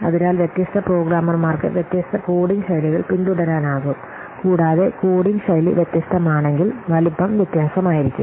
അതിനാൽ വ്യത്യസ്ത പ്രോഗ്രാമർമാർക്ക് വ്യത്യസ്ത കോഡിംഗ് ശൈലികൾ പിന്തുടരാനാകും കൂടാതെ കോഡിംഗ് ശൈലി വ്യത്യസ്തമാണെങ്കിൽ വലുപ്പം വ്യത്യസ്തമായിരിക്കും